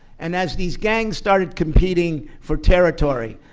and as these gangs started competing for territory,